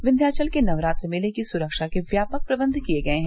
विध्याचल के नवरात्र मेले की सुरक्षा के व्यापक प्रबंध किए गये हैं